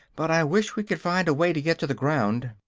but i wish we could find a way to get to the ground.